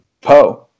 Poe